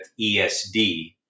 ESD